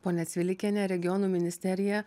ponia cvilikiene regionų ministerija